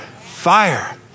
fire